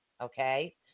okay